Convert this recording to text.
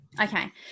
Okay